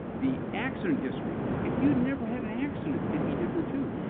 the accident history. if you'd never had an accident, it'd be different, too.